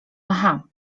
aha